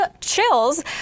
chills